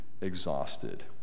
exhausted